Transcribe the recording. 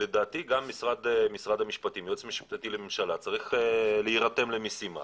לדעתי גם משרד המשפטים והיועץ המשפטי לממשלה צריך להירתם למשימה